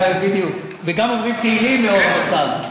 כן, בדיוק, וגם אומרים תהילים לנוכח המצב.